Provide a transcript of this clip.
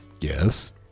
Yes